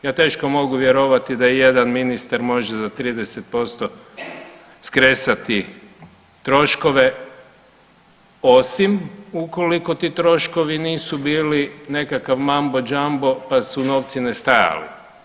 Ja teško mogu vjerovati da jedan ministar može za 30% skresati troškove osim ukoliko ti troškovi nisu bili nekakav mambo jumbo, pa su novci nestajali.